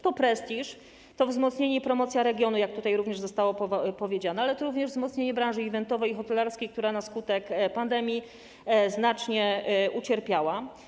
To prestiż, to wzmocnienie i promocja regionu, co również zostało tutaj powiedziane, ale również wzmocnienie branż eventowej i hotelarskiej, które na skutek pandemii znacznie ucierpiały.